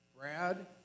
Brad